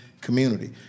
community